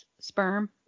sperm